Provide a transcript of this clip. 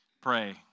Pray